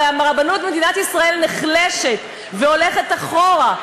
הרי רבנות מדינת ישראל נחלשת והולכת אחורה,